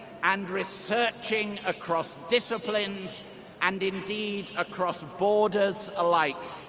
and researching across disciplines and indeed across borders alike.